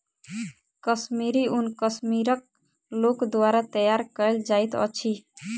कश्मीरी ऊन कश्मीरक लोक द्वारा तैयार कयल जाइत अछि